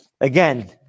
Again